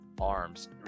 arms